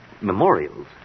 memorials